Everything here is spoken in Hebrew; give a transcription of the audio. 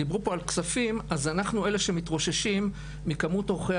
דיברו פה על כספים אז אנחנו אלה שמתרוששים מכמות עורכי